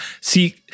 see